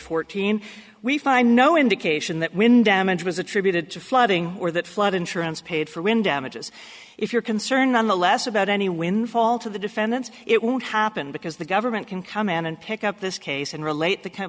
fourteen we find no indication that wind damage was attributed to flooding or that flood insurance paid for in damages if you're concerned nonetheless about any windfall to the defendants it won't happen because the government can come in and pick up this case and relate the come